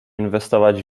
inwestować